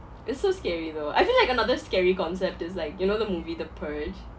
it's so scary though I feel like another scary concept is like you know the movie the purge